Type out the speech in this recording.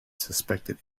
suspected